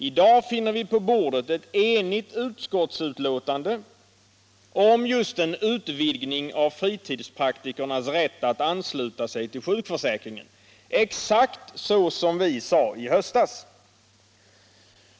I dag finner vi på bordet ett enigt utskottsbetänkande om en utvidgning av fritidspraktikernas rätt att ansluta sig till sjukförsäkringen — exakt så som vi sade i höstas.